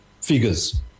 figures